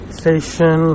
station